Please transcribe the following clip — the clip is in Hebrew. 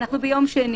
אנחנו ביום שני.